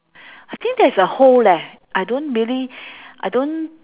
I think there's a hole leh I don't really I don't